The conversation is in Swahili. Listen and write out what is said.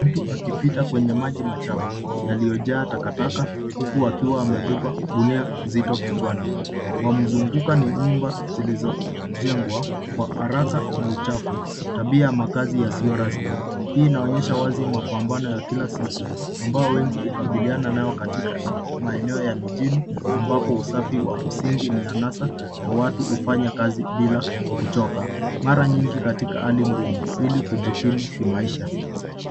Mtu akipita kwenye maji machafu, yaliyojaa takataka huku wakiwa wamebeba, gunia zito kichwani. Wamzunguka ni nyumba zilizojengwa kwa haraka na uchafu , tabia ya makazi yasio rasmi. Hii inaonyesha wazi mapambano ya kila siku ambao wengi hukabiriana nayo katika maeneo ya mijini ambapo usafi wa msingi ni anasa , na watu hufanya kazi bila kuchoka, mara nyingi katika hali ngumu ili kujikimu kimaisha.